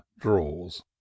draws